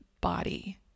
body